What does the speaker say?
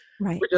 Right